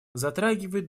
затрагивают